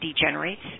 degenerates